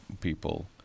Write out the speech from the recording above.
people